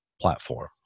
platform